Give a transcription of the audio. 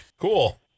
cool